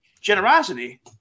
generosity